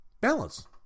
Balance